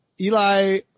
Eli